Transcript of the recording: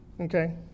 Okay